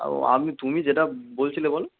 ও আমি তুমি যেটা বলছিলে বলো